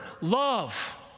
love